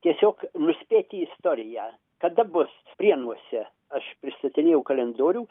tiesiog nuspėti istoriją kada bus prienuose aš pristatinėjau kalendorių